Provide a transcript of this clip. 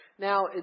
Now